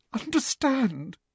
understand